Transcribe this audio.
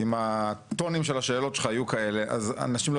אם הטונים של השאלות שלך יהיו כאלה אז אנשים לא